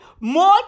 more